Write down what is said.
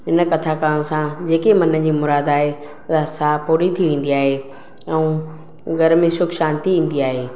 इन कथा करणु सां जेके मन जी मुराद आहे उहा सा पूरी थी वेंदी आहे ऐं घर में सुखु शांती ईंदी आहे